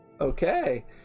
okay